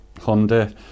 Honda